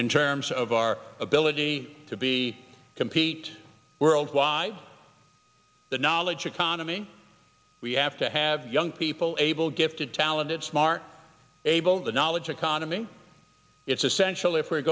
in terms of our ability to be compete worldwide the knowledge economy we have to have young people able gifted talented smart able the knowledge economy it's essential if we're